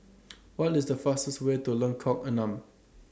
What IS The fastest Way to Lengkok Enam